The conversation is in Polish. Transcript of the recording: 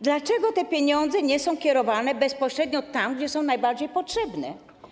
Dlaczego te pieniądze nie są kierowane bezpośrednio tam, gdzie są najbardziej potrzebne?